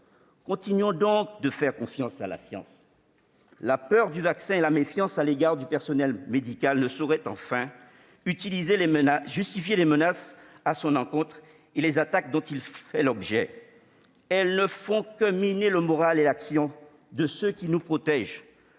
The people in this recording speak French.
Continuons donc de faire confiance à la science. La peur du vaccin et la méfiance à l'égard du personnel médical ne sauraient enfin justifier les menaces proférées à son encontre et les attaques dont il fait l'objet. Elles ne font que miner le moral et l'action de ceux qui nous protègent.